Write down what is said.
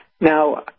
Now